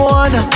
one